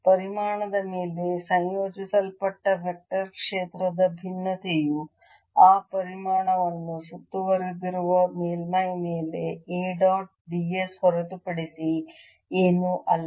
ಪರಿಮಾಣದ ಮೇಲೆ ಸಂಯೋಜಿಸಲ್ಪಟ್ಟ ವೆಕ್ಟರ್ ಕ್ಷೇತ್ರದ ಭಿನ್ನತೆಯು ಆ ಪರಿಮಾಣವನ್ನು ಸುತ್ತುವರೆದಿರುವ ಮೇಲ್ಮೈ ಮೇಲೆ A ಡಾಟ್ ds ಹೊರತುಪಡಿಸಿ ಏನೂ ಅಲ್ಲ